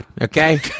okay